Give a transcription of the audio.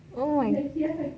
oh my god